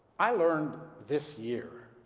i learned this year